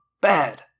bad